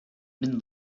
been